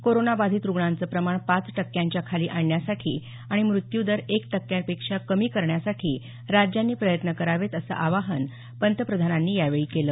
corona बाधित रुग्णांचं प्रमाण पाच टक्क्यांच्या खाली आणण्यासाठी आणि मृत्यूदर एक टक्क्यापेक्षा कमी करण्यासाठी राज्यांनी प्रयत्न करावेत असं आवाहन पंतप्रधानांनी यावेळी केलं